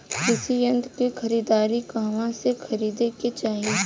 कृषि यंत्र क खरीदारी कहवा से खरीदे के चाही?